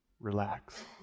Relax